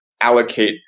allocate